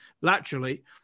laterally